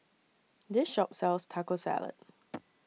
This Shop sells Taco Salad